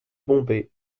bombay